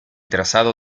trazado